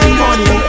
money